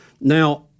Now